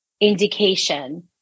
indication